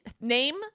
name